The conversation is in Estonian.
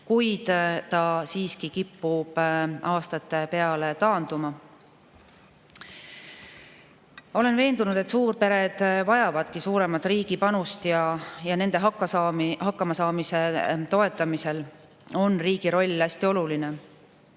sest ta siiski kipub aastate jooksul taanduma. Olen veendunud, et suurpered vajavadki suuremat riigi panust ja nende hakkamasaamise toetamisel on riigi roll hästi oluline,